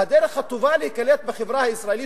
והדרך הטובה להיקלט בחברה הישראלית,